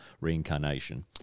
reincarnation